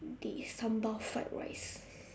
okay sambal fried rice